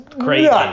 Crazy